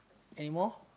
anymore